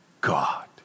God